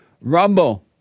Rumble